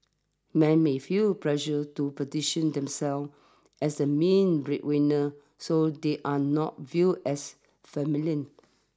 men may feel pressured to position themselves as the main breadwinner so they are not viewed as feminine